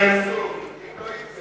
אם לא התגייסו, לכן,